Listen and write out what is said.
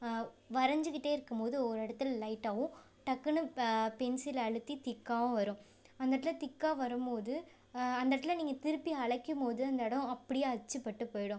வரஞ்சுக்கிட்டே இருக்கும் போது ஒரு இடத்துல லைட்டாகவும் டக்குனு பென்சில் அழுத்தி திக்காவும் வரும் அந்த இடத்துல திக்கா வரபோது அந்த இடத்துல நீங்கள் திருப்பி அழைக்கும் போது அந்த இடம் அப்படியே அச்சுப்பட்டு போயிடும்